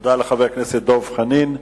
תודה לחבר הכנסת דב חנין.